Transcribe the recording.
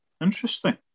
Interesting